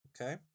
Okay